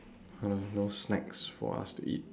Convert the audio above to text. !huh! no snacks for us to eat